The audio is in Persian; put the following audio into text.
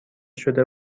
شده